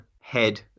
head